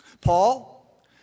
Paul